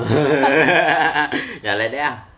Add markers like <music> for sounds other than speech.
<laughs> ya like that ah